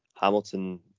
Hamilton